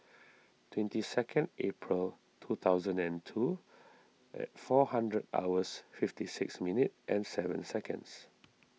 twentieth April two thousand and two and four hundred hours fifty six minutes and seven seconds